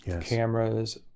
Cameras